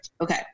okay